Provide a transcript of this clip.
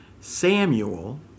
Samuel